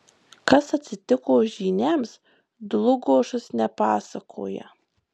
kas atsitiko žyniams dlugošas nepasakoja